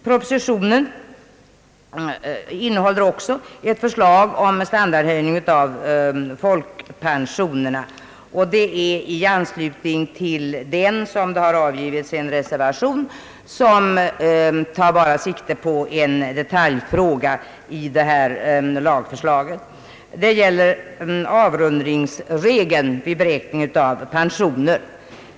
Propositionen innehåller också förslag om en standardhöjning av folkpensionerna. I anslutning till detta har avgivits en reservation som tar sikte på en detaljfråga i lagförslaget. Det gäller avrundningsregeln vid beräkning av pensionen.